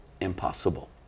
impossible